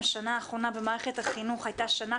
השנה האחרונה במערכת החינוך הייתה שנה